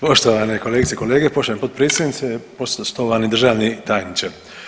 Poštovane kolegice i kolege, poštovani potpredsjednice, poštovani državni tajniče.